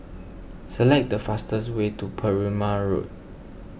select the fastest way to Perumal Road